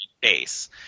base